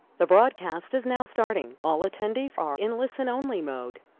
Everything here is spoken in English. the broadcast is now starting. all attendees are in listen only mode.